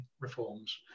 reforms